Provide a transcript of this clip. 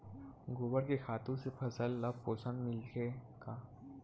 गोबर के खातु से फसल ल पोषण मिलथे का?